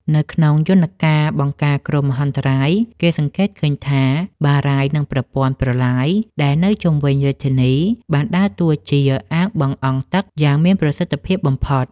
នៅក្នុងយន្តការបង្ការគ្រោះមហន្តរាយ គេសង្កេតឃើញថាបារាយណ៍ និងប្រព័ន្ធប្រឡាយដែលនៅជុំវិញរាជធានី បានដើរតួជា អាងបង្អង់ទឹក យ៉ាងមានប្រសិទ្ធភាពបំផុត។